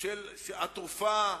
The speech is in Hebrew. של התרופה,